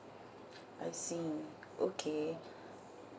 I see okay